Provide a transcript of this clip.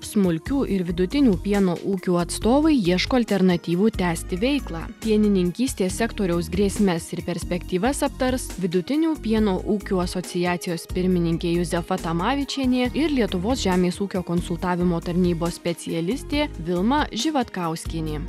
smulkių ir vidutinių pieno ūkių atstovai ieško alternatyvų tęsti veiklą pienininkystės sektoriaus grėsmes ir perspektyvas aptars vidutinių pieno ūkių asociacijos pirmininkė juzefa tamavičienė ir lietuvos žemės ūkio konsultavimo tarnybos specialistė vilma živatkauskienė